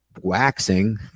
waxing